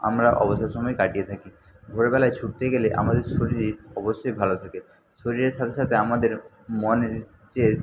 আমরা অবসর সময় কাটিয়ে থাকি ভোরবেলায় ছুটতে গেলে আমাদের শরীর অবশ্যই ভালো থাকে শরীরের সাথে সাথে আমাদের মনের যে